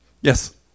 Yes